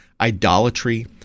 idolatry